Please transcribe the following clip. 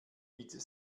mit